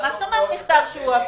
מה זאת אומרת מכתב שהועבר?